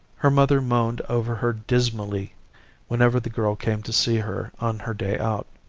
her mother moaned over her dismally whenever the girl came to see her on her day out.